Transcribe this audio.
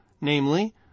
namely